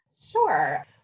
Sure